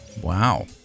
Wow